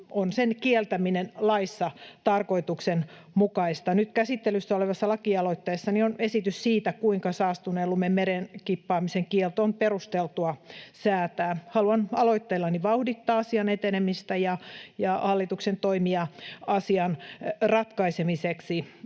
on sen kieltäminen laissa tarkoituksenmukaista. Nyt käsittelyssä olevassa lakialoitteessani on esitys siitä, kuinka saastuneen lumen mereen kippaamisen kielto on perusteltua säätää. Haluan aloitteellani vauhdittaa asian etenemistä ja hallituksen toimia asian ratkaisemiseksi.